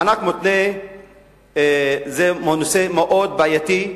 מענק מותנה זה נושא מאוד בעייתי,